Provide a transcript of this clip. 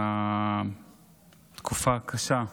עם התקופה הקשה.